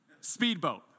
speedboat